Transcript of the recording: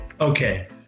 Okay